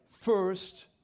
First